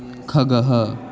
खगः